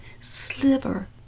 sliver